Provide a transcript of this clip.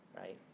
right